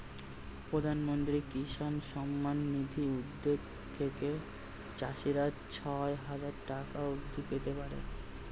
প্রধানমন্ত্রী কিষান সম্মান নিধি উদ্যোগ থেকে চাষিরা ছয় হাজার টাকা অবধি পেতে পারে